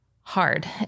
hard